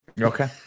Okay